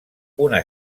una